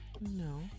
No